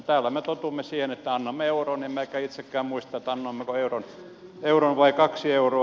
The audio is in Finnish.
täällä me totumme siihen että annamme euron emmekä itsekään muista että annoimmeko euron vai kaksi euroa